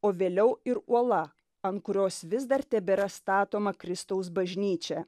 o vėliau ir uola ant kurios vis dar tebėra statoma kristaus bažnyčia